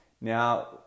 Now